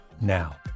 now